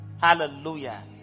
hallelujah